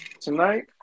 Tonight